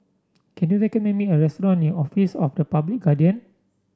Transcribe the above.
can you recommend me a restaurant near Office of the Public Guardian